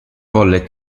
volle